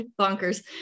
bonkers